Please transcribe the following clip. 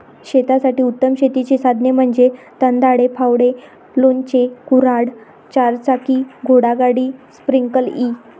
शेतासाठी उत्तम शेतीची साधने म्हणजे दंताळे, फावडे, लोणचे, कुऱ्हाड, चारचाकी घोडागाडी, स्प्रिंकलर इ